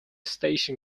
station